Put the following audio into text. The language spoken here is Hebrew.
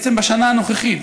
ובעצם בשנה הנוכחית,